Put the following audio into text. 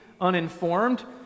uninformed